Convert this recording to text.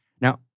Now